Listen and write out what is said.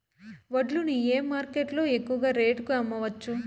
వడ్లు ని ఏ మార్కెట్ లో ఎక్కువగా రేటు కి అమ్మవచ్చు?